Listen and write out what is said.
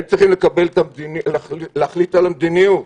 הם צריכים להחליט על המדיניות.